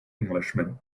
englishman